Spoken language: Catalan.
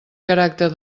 caràcter